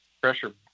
pressure